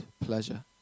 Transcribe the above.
pleasure